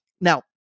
Now